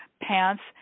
pants